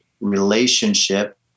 relationship